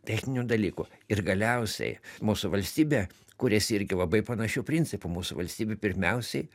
techninių dalykų ir galiausiai mūsų valstybė kūrėsi irgi labai panašiu principu mūsų valstybė pirmiausiai